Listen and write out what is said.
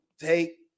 take –